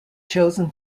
chosen